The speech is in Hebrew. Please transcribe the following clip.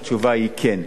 התשובה היא כן.